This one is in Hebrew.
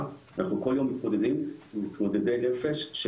ואנחנו כל יום מתמודדים עם מתמודדי נפש.